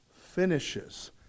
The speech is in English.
finishes